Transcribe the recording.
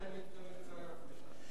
אם הערעור שלהם יתקבל אצל היועץ המשפטי.